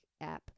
app